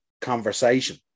conversation